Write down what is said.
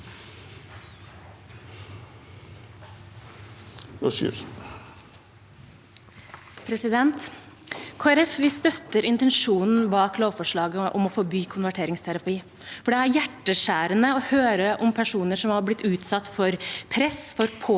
støtter intensjonen bak lovforslaget om å forby konverteringsterapi. Det er hjerteskjærende å høre om personer som har blitt utsatt for press